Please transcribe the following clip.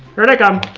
here they come.